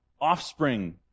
offspring